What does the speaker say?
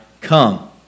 come